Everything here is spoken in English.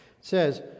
says